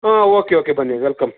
ಹಾಂ okay okay ಬನ್ನಿ welcome